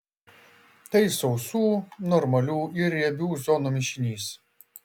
tai sausų normalių ir riebių zonų mišinys